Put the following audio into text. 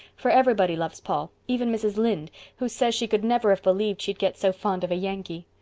for everybody loves paul, even mrs. lynde, who says she could never have believed she'd get so fond of a yankee.